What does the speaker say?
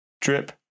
drip